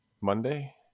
Monday